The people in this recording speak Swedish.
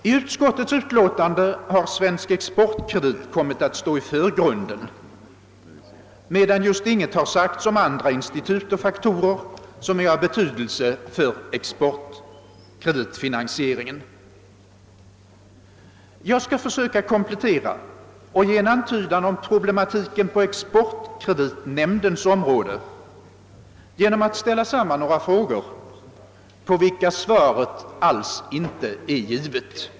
I utskottets utlåtande har AB Svensk exportkredit kommit att stå i förgrunden, medan just ingenting har sagts om andra institut och faktorer som är av betydelse för exportkreditfinansieringen. Jag skall försöka komplettera och ge en antydan om problematiken också på exportkreditnämndens område genom att sammanställa några frågor på vilka svaret inte alls är givet.